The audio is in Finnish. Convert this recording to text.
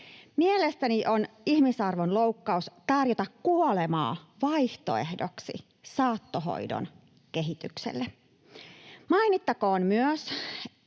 Mielestäni on ihmisarvon loukkaus tarjota kuolemaa vaihtoehdoksi saattohoidon kehitykselle. Mainittakoon myös